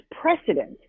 precedent